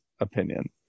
opinion